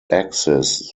axis